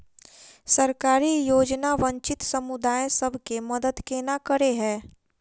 सरकारी योजना वंचित समुदाय सब केँ मदद केना करे है?